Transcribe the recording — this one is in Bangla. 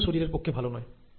এটিও শরীরের পক্ষে ভালো নয়